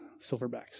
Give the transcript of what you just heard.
silverbacks